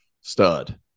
stud